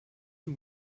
you